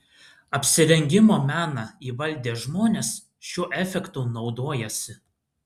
apsirengimo meną įvaldę žmonės šiuo efektu naudojasi